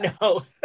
No